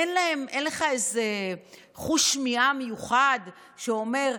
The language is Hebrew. אין לך איזה חוש שמיעה מיוחד שאומר: